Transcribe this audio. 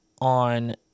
on